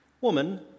Woman